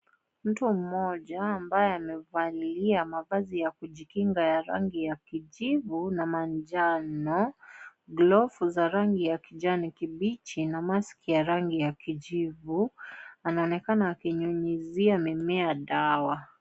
Mtu mmoja ambaye amevalia mavazi ya kujikinga ya rangi kijivu na manjano, glovu za rangi ya kijani kibichi na maski ya rangi ya kijivu, anaonekana akinyunyizia mimea dawa.